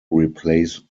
replace